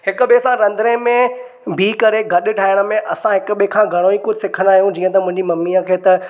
हिक ॿिए सां रंधिड़े में बि करे गॾु ठाहिण में असां हिक ॿिए खां घणो ई कुझु सिखंदा आहियूं जीअं त मुंहिंजी ममीअ खे त